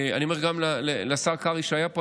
אני אומר גם לשר קרעי שהיה פה,